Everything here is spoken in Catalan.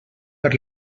per